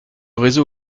réseau